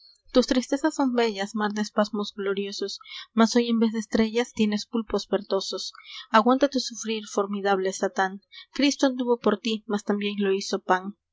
tus tristezas son bellas mar de espasmos gloriosos mas hoy en vez de estrellas tienes pulpos verdosos f e d e r i c o g l o r c aguanta tu sufrir formidable satán cristo anduvo por ti mas también lo hizo pan